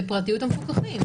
בפרטיות המפוקחים.